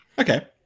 Okay